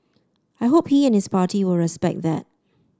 I hope he and his party will respect that